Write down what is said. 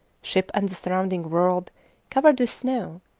ship and the surrounding world covered with snow,